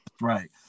right